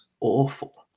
Awful